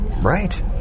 Right